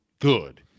good